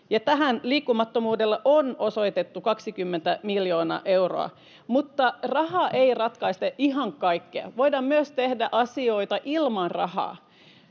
Tälle liikkumattomuudelle on osoitettu 20 miljoonaa euroa, mutta raha ei ratkaise ihan kaikkea. Voidaan myös tehdä asioita ilman rahaa: